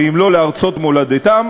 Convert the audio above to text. ואם לא לארצות מולדתם,